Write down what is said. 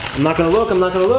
i'm not gonna look, i'm